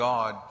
God